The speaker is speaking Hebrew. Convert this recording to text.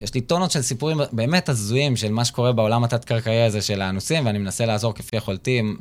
יש לי טונות של סיפורים באמת הזויים של מה שקורה בעולם התת-קרקעי הזה של הנושאים ואני מנסה לעזור כפי יכולתי עם